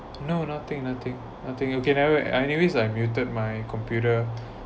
no nothing nothing nothing you can never I always like muted my computer